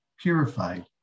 purified